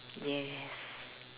yes